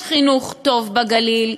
יש חינוך טוב בגליל.